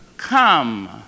Come